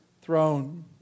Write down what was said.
throne